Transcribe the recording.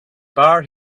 bar